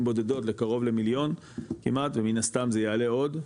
בודדות לקרוב למיליון כמעט ומן הסתם זה יעלה עוד,